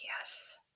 yes